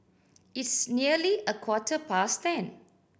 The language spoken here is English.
its nearly a quarter past ten